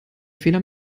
fehler